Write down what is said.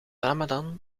ramadan